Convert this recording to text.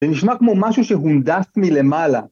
זה נשמע כמו משהו שהונדס מלמעלה.